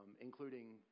including